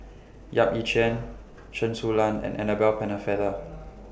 Yap Ee Chian Chen Su Lan and Annabel Pennefather